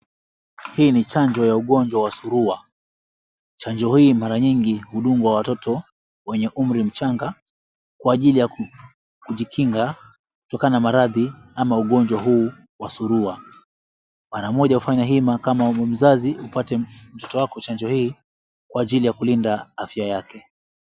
Hii ni chanjo ya ugonjwa wa surua. Chanjo hiii mara nyingi hudungwa watoto wwenye umri mchanga, kwa ajili ya kujikinga kutokana na maradhi ya ugonjwa huu wa surua. Mara moja fanya hima kama mzazi upate mtoto wako chanjo hii kwa ajili ya kulinda afya yake.